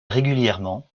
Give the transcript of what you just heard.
régulièrement